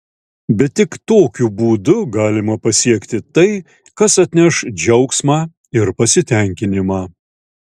bet tik tokiu būdu galima pasiekti tai kas atneš džiaugsmą ir pasitenkinimą